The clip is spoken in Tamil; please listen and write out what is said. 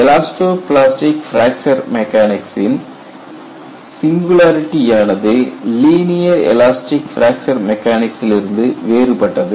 எலாஸ்டோ பிளாஸ்டிக் பிராக்சர் மெக்கானிக்சின் சிங்குலரிடி யானது லீனியர் எலாஸ்டிக் பிராக்சர் மெக்கானிக்சிலி ருந்து வேறுபட்டது